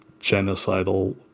genocidal